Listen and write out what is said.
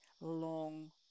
long